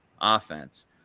offense